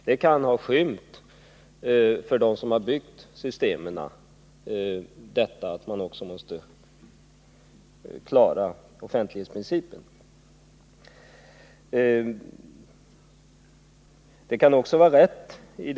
Detta att man också måste klara offentlighetsprincipen kan ha skymts av de andra frågorna för dem som byggt upp systemen.